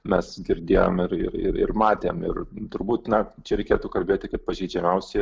mes girdėjom ir ir ir ir matėm ir turbūt na čia reikėtų kalbėti kad pažeidžiamiausi